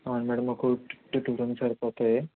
అవును మేడమ్ మాకు సరిపోతాయి